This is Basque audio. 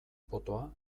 potoa